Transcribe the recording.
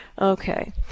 Okay